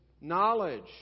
knowledge